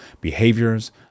behaviors